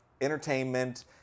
entertainment